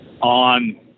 on